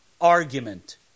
argument